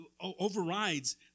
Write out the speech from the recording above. overrides